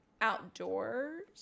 outdoors